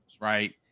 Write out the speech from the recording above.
right